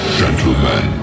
gentlemen